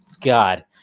God